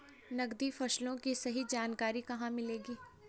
नकदी फसलों की सही जानकारी कहाँ मिलेगी?